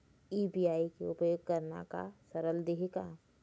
UPI के उपयोग करना का सरल देहें का?